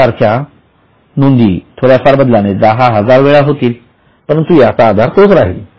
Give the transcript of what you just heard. या सारख्या नोंदी थोड्या बदलाने दहा हजार वेळा होतील परंतु याचा आधार तोच राहील